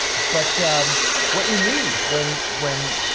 but what you need when when